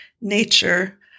nature